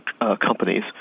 companies